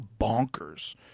bonkers